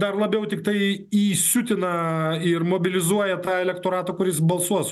dar labiau tiktai įsiutina ir mobilizuoja tą elektoratą kuris balsuos